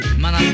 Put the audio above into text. man